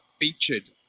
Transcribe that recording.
featured